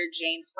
Jane